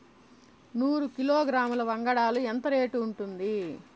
నూరు కిలోగ్రాముల వంగడాలు ఎంత రేటు ఉంటుంది?